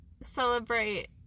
celebrate